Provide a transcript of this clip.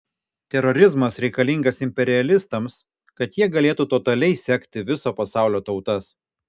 terorizmas reikalingas imperialistams kad jie galėtų totaliai sekti viso pasaulio tautas